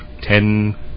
Ten